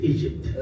Egypt